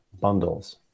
bundles